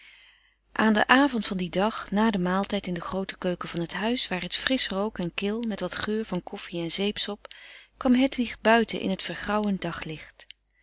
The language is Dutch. aan den avond van dien dag na den maaltijd in de groote keuken van het huis waar het frisch rook en kil met wat geur van koffie en zeepsop kwam hedwig buiten in t vergrauwend daglicht